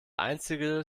einzige